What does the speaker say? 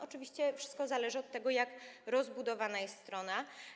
Oczywiście wszystko zależy od tego, jak rozbudowana jest strona.